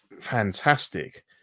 fantastic